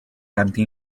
anti